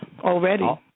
already